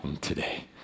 today